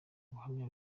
buhamya